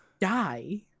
die